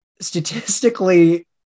statistically